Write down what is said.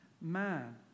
man